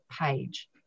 page